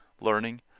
learning